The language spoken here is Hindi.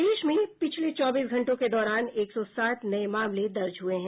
प्रदेश में पिछले चौबीस घंटों के दौरान एक सौ सात नए मामले दर्ज हुए हैं